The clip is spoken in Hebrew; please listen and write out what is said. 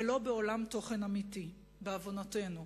ולא בעולם תוכן אמיתי, בעוונותינו.